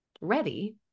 ready